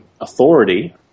authority